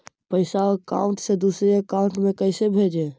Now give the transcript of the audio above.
पैसा अकाउंट से दूसरा अकाउंट में कैसे भेजे?